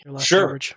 Sure